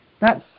thats